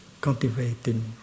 cultivating